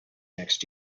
next